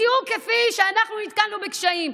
בדיוק כפי שאנחנו נתקלנו בקשיים.